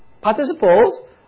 Participles